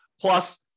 Plus